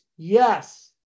Yes